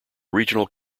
regional